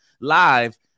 live